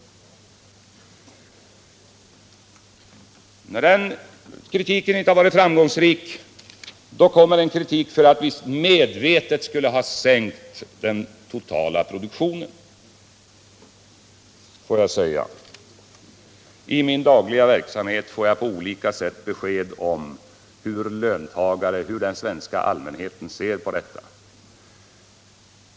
När den kritiken inte blev framgångsrik kom kritiken för att vi medvetet skulle ha sänkt den totala produktionen. I min dagliga verksamhet får jag på olika sätt besked om hur den svenska allmänheten ser på detta.